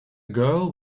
girl